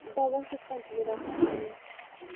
دوا کِتھٕ کٔنۍ چھُ مےٚ ڈاکٹر صٲب نِیُن